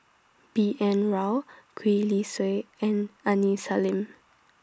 B N Rao Gwee Li Sui and Aini Salim